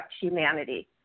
humanity